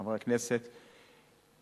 חברי הכנסת,